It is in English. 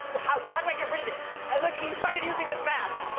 how but how do i get rid of this? and look at, he started using this mask.